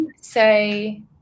say